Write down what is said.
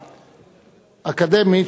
אקדמית,